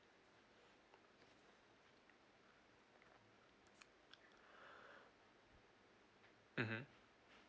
mmhmm